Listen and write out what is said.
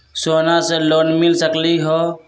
सोना से लोन मिल सकलई ह?